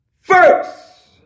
First